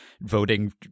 voting